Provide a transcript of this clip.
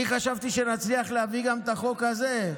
חשבתי שנצליח להביא גם את החוק הזה.